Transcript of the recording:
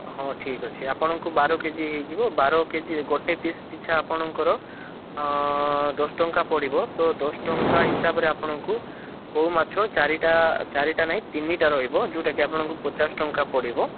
ହଁ ଠିକ୍ ଅଛି ଆପଣଙ୍କୁ ବାର କେଜି ହେଇଯିବ ବାର କେଜିରେ ଗୋଟେ ପିସ୍ ପିଛା ଆପଣଙ୍କର ଦଶଟଙ୍କା ପଡ଼ିବ ତ ଦଶ ଟଙ୍କା ହିସାବରେ ଆପଣଙ୍କୁ କଉ ମାଛ ଚାରିଟା ଚାରିଟା ନାଇଁ ତିନିଟା ରହିବି ଯେଉଁଟାକି ଆପଣଙ୍କୁ ପଚାଶ ଟଙ୍କା ପଡ଼ିବ